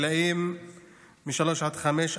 בגילים משלוש עד חמש,